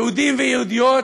יהודים ויהודיות,